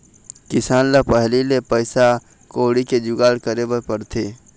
किसान ल पहिली ले पइसा कउड़ी के जुगाड़ करे बर पड़थे